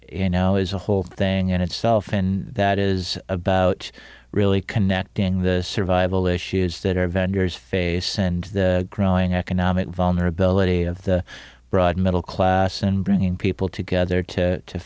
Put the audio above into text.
you know is a whole thing in itself and that is about really connecting the survival issues that our vendors face and growing economic vulnerability of the broad middle class and bringing people together to